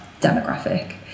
demographic